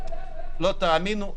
לא תאמינו,